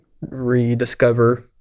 rediscover